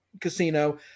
Casino